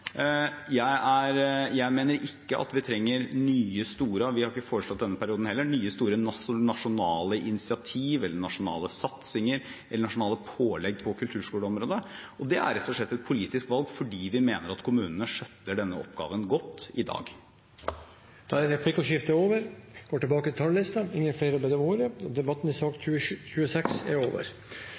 tettere sammen. Jeg mener ikke at vi trenger – det har vi heller ikke foreslått i denne perioden – nye, store nasjonale initiativ, nasjonale satsinger eller nasjonale pålegg på kulturskoleområdet. Det er rett og slett et politisk valg, fordi vi mener at kommunene skjøtter denne oppgaven godt i dag. Replikkordskiftet er dermed omme. Flere har ikke bedt om ordet til sak nr. 26. Etter ønske fra kirke-, utdannings- og